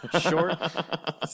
short